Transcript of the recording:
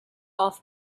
off